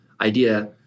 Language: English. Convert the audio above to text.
idea